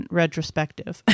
retrospective